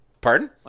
Pardon